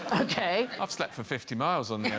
okay, i've slept for fifty miles on yeah